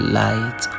light